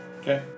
Okay